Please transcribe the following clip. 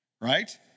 right